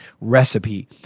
recipe